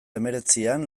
hemeretzian